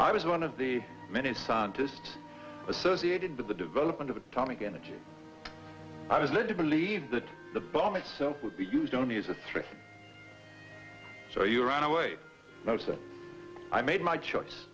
i was one of the many scientist associated with the development of atomic energy i was led to believe that the bomb itself would be used only as a threat so you run away now so i made my choice